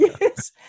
yes